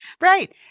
Right